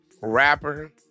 Rapper